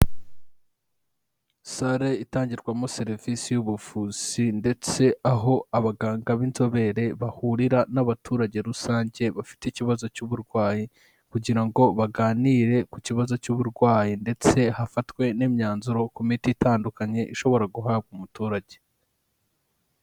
Sale itangirwamo serivisi y'ubuvuzi ndetse aho abaganga b'inzobere bahurira n'abaturage rusange bafite ikibazo cy'uburwayi, kugira ngo baganire ku kibazo cy'uburwayi ndetse hafatwe n'imyanzuro ku miti itandukanye ishobora guhabwa umuturage.